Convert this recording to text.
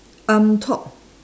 on top